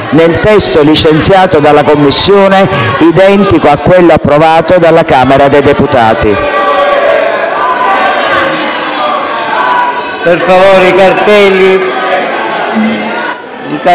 nel testo licenziato dalla Commissione, identico a quello approvato dalla Camera dei deputati.